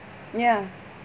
ya